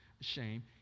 shame